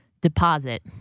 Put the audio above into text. Deposit